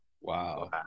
Wow